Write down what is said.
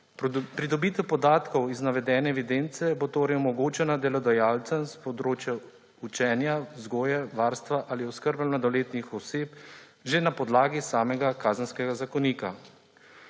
Pridobitev podatkov iz navedene evidence bo torej omogočena delodajalcem s področja učenja, vzgoje, varstva ali oskrbe mladoletnih oseb že na podlagi samega Kazenskega zakonika.